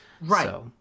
Right